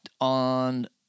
On